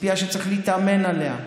ציפייה שצריך להתאמן עליה.